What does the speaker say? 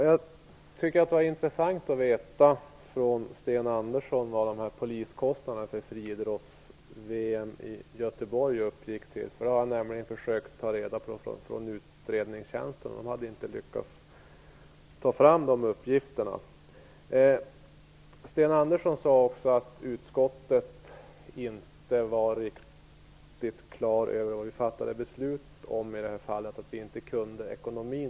Herr talman! Det skulle vara intressant att veta var Sten Andersson har fått uppgifterna om vad kostnaderna för polisen under friidrotts-VM i Göteborg uppgick till. Jag har nämligen försökt få reda på det från utredningstjänsten. Där lyckades man inte få fram de uppgifterna. Sten Andersson sade också att vi i utskottet inte var riktigt klara över vad vi fattade beslut om i det här fallet, att vi inte kunde ekonomin.